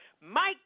Mike